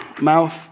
mouth